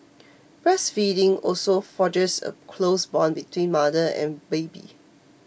breastfeeding also forges a close bond between mother and baby